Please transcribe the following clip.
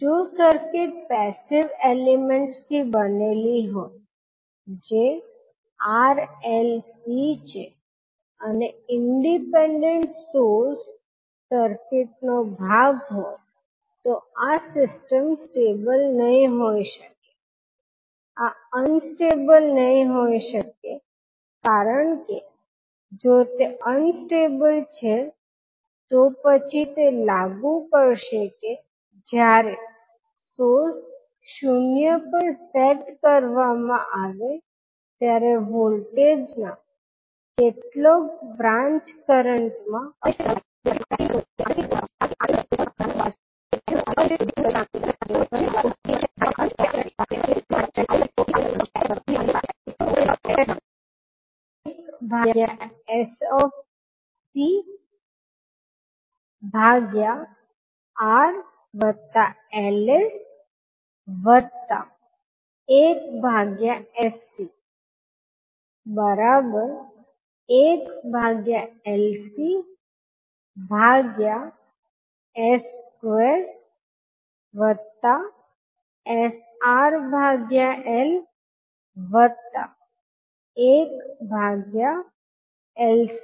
જો circuit passive elements થી બનેલી હોય જે RLC છે અને ઇંડિપેન્ડેંટ સોર્સિસ સર્કિટનો ભાગ હોય તો આ સિસ્ટમ સ્ટેબલ નહીં હોઈ શકે આ અનસ્ટેબલ નહીં હોઈ શકે કારણ કે જો તે અનસ્ટેબલ છે તો પછી તે લાગુ કરશે કે જ્યારે સોર્સ શૂન્ય પર સેટ કરવામાં આવે ત્યારે વોલ્ટેજ ના કેટલોક બ્રાંચ કરંટ મા અનિશ્ચિત વધારો થાય છે જે સર્કિટમાં પ્રેક્ટિકલી થતું નથી જે RLC ઘટકો ધરાવતા હોય છે કારણ કે R તે ઘટક છે જે રિસ્પોન્સ ના ઘટાડા માટે જવાબદાર છે તેથી પેસીવ ઘટકો આવી અનિશ્ચિત વૃદ્ધિ ઉત્પન્ન કરી શકતા નથી તેથી પેસીવ સર્કિટ ક્યાં તો સ્ટેબલ હોય છે અથવા શૂન્ય રિઅલ ભાગોવાળા પોલ હોય છે તેથી તેનો અર્થ શું છે